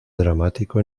dramático